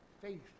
faith